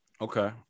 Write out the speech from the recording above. Okay